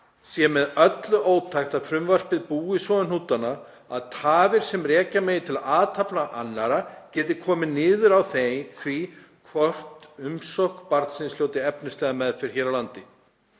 sé með öllu ótækt að frumvarpið búi svo um hnútana að tafir sem rekja megi til athafna annarra geti komið niður á því hvort umsókn barnsins hljóti efnislega meðferð hér á landi.